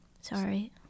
Sorry